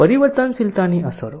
પરિવર્તનશીલતાની અસરો